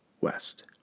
west